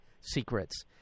secrets